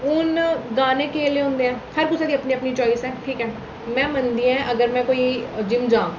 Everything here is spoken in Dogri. हून गाने केह् जनेह् होंदे ऐ हर कुसै दी अपनी अपनी चाइस ठीक ऐ में मन्नदी आं अगर में कोई जिम्म जां